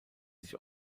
sich